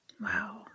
Wow